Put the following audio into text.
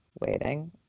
waiting